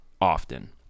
often